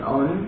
on